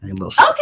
Okay